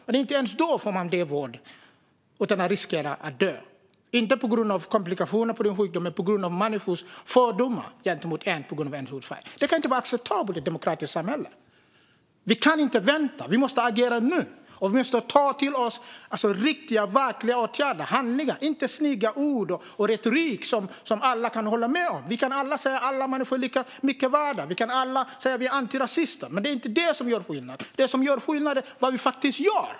Men inte ens då får man vård, utan man riskerar att dö - inte på grund av komplikationer till följd av sjukdomen utan på grund av människors fördomar mot en på grund av ens hudfärg. Detta kan inte vara acceptabelt i ett demokratiskt samhälle. Vi kan inte vänta; vi måste agera nu. Vi måste ta till riktiga, verkliga åtgärder och handlingar - inte snygga ord och retorik som alla kan hålla med om. Vi kan alla säga att alla människor är lika mycket värda, och vi kan alla säga att vi är antirasister. Men det är inte det som gör skillnad, utan det som gör skillnad är vad vi faktiskt gör.